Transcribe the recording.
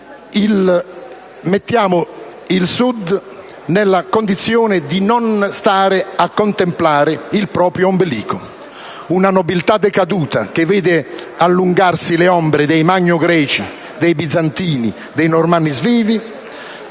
mettiamo il Sud nella condizione di non stare a contemplare il proprio ombelico, come una nobiltà decaduta che vede allungarsi le ombre dei magnogreci, dei bizantini e dei normanno-svevi.